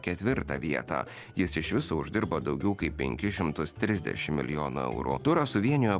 ketvirtą vietą jis iš viso uždirbo daugiau kaip penkis šimtus trisdešim milijonų eurų turą suvienijo